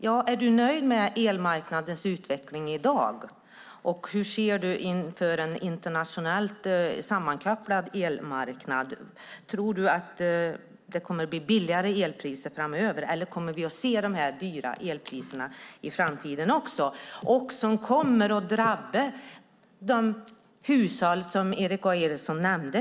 Ja, är du nöjd med utvecklingen av elmarknaden i dag, och hur ser du på en internationellt sammankopplad elmarknad? Tror du att det kommer att bli billigare elpriser framöver, eller kommer vi att se de här dyra elpriserna även i framtiden? De kommer att drabba de hushåll som Erik A Eriksson nämnde.